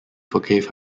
forgave